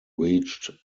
reached